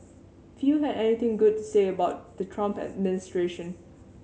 few had anything good to say about the Trump administration